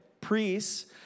priests